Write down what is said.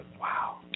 wow